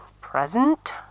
present